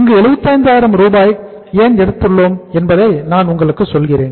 இங்கு 75000 ரூபாயை ஏன் எடுத்துள்ளோம் என்பதை நான் உங்களுக்கு சொல்கிறேன்